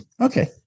okay